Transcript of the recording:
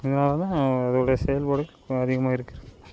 அதனால தான் அதோடைய செயல்பாடுகள் அதிகமாக இருக்கிறது